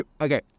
Okay